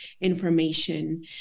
information